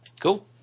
Cool